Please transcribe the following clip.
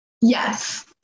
Yes